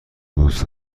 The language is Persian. دوست